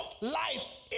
life